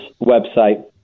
website